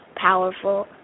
powerful